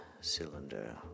Cylinder